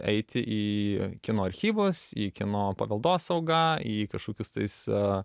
eiti į kino archyvus į kino paveldosaugą į kažkokius tais a